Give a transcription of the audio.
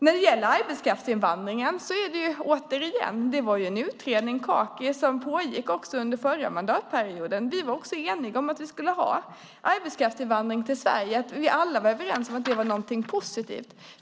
När det gäller arbetskraftsinvandringen pågick en utredning, Kaki, under förra mandatperioden. Vi var också eniga om att vi skulle ha arbetskraftsinvandring till Sverige. Vi alla var överens om att det var någonting positivt.